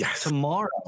tomorrow